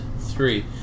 three